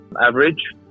average